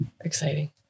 Exciting